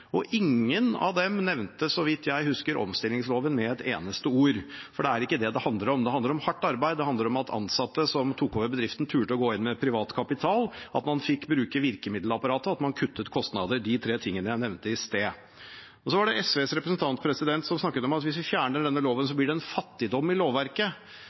Ingen av dem nevnte, så vidt jeg husker, omstillingsloven med et eneste ord. For det er ikke det det handler om. Det handler om hardt arbeid. Det handler om at de ansatte som tok over bedriften, turte å gå inn med privat kapital, at man fikk bruke virkemiddelapparatet, og at man kuttet kostnader – de tre tingene jeg nevnte i sted. SVs representant snakket om at hvis vi fjerner denne loven, blir det en fattigdom i lovverket.